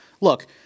look